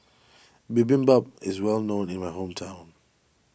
Bibimbap is well known in my hometown